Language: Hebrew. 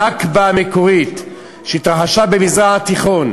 הנכבה המקורית שהתרחשה במזרח התיכון.